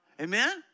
Amen